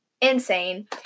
insane